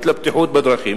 הלאומית לבטיחות בדרכים.